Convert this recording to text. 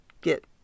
get